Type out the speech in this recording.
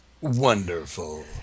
wonderful